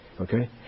Okay